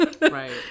Right